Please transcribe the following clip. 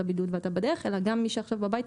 הבידוד והוא בדרך הביתה אלא גם מי שהוא עכשיו בבית,